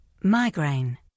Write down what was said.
migraine